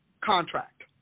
contract